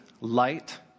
light